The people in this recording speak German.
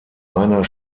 einer